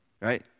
right